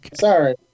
Sorry